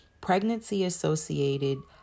Pregnancy-associated